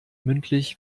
mündlich